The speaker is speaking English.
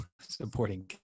supporting